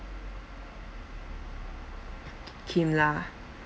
kim lah